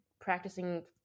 practicing